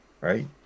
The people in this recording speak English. right